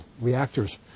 reactors